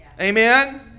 Amen